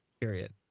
period